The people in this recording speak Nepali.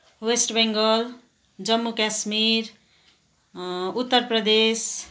वेस्ट बेङ्गल जम्मू कास्मिर उत्तर प्रदेश